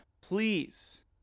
please